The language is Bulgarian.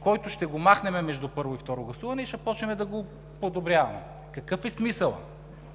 който ще махнем между първо и второ гласуване, и ще започнем да го подобряваме?! Какъв е смисълът?